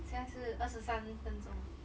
现在是二十三分钟